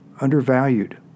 undervalued